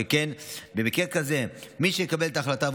שכן במקרה כזה מי שיקבל את ההחלטה עבור